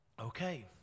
okay